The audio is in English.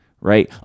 Right